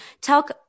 talk